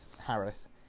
Harris